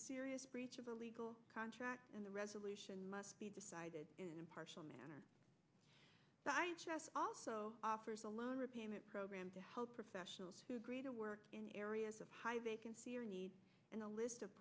serious breach of a legal contract and the resolution must be decided in impartial manner but also offers a loan repayment program to help professionals who agreed to work in areas of high vacancy or need in a list of